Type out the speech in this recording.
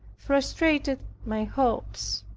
frustrated my hopes.